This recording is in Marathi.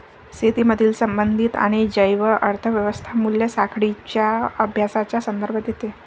शेतीमधील संबंधित आणि जैव अर्थ व्यवस्था मूल्य साखळींच्या अभ्यासाचा संदर्भ देते